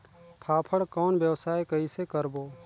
फाफण कौन व्यवसाय कइसे करबो?